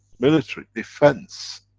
military, defense.